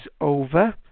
over